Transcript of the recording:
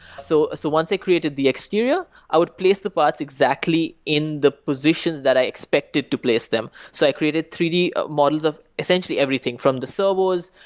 so so once i created the exterior, i would place the parts exactly in the positions that i expected to place them. so i created three d models of essentially everything, from the servos,